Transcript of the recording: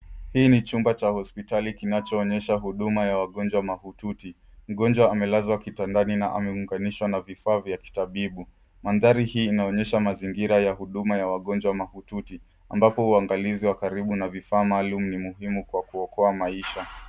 Hii ni chumba cha hospitali kinachoonyesha huduma ya wagonjwa mahututi. Mgonjwa amelazwa kitandani na ameunganishwa na vifaa vya kitabibu. Mandhari hii inaonyesha mazingira ya huduma ya wagonjwa mahututi ambapo uangalizi wa karibu na vifaa maalum ni muhimu kwa kuokoa maisha.